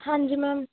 ਹਾਂਜੀ ਮੈਮ